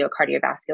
Cardiovascular